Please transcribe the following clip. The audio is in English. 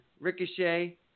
Ricochet